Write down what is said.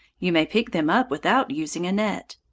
you may pick them up without using a net.